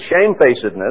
shamefacedness